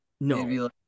no